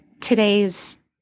today's